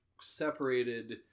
separated